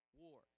war